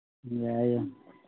ꯌꯥꯏ ꯌꯥꯏ